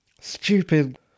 stupid